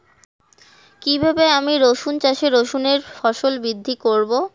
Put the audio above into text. কীভাবে আমি রসুন চাষে রসুনের ফলন বৃদ্ধি করব?